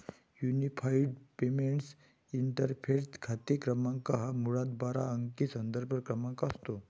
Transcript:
unified payments interface खाते क्रमांक हा मुळात बारा अंकी संदर्भ क्रमांक असतो